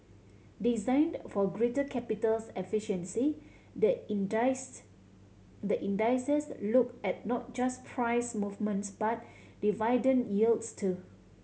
designed for greater capitals efficiency the indice the indices look at not just price movements but dividend yields too